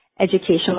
educational